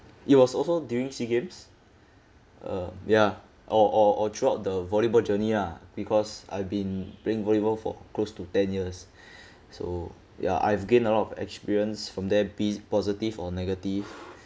it was also during SEA games uh ya or or or throughout the volleyball journey lah because I've been playing volleyball for close to ten years so ya I've gained a lot of experience from there be it positive or negative